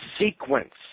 sequence